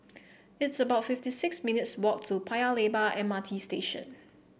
it's about fifty six minutes' walk to Paya Lebar M R T Station